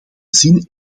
zin